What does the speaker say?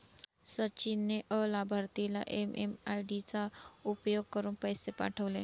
सचिन ने अलाभार्थीला एम.एम.आय.डी चा उपयोग करुन पैसे पाठवले